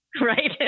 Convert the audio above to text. Right